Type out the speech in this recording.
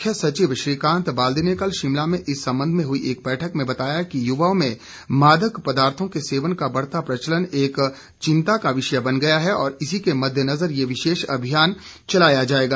मुख्य सचिव श्रीकांत बाल्दी ने कल शिमला में इस संबंध में हुई एक बैठक में बताया कि युवाओं में मादक पदार्थो के सेवन का बढ़ता प्रचलन एक चिंता का विषय बन गया है और इसीके मददेनजर ये विशेष अभियान चलाया जाएगा